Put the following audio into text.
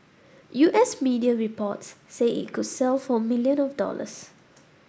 U S media reports say it could sell for million of dollars